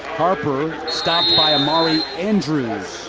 harper stopped by amari andrews.